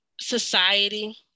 society